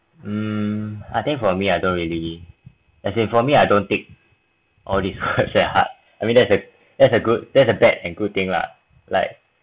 mm I think for me I don't really as in for me I don't take all these hurts at heart I mean that's a that's a good that's a bad and good thing lah like